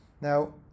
Now